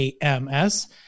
AMS